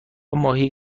ماهی